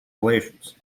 relations